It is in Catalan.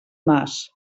nas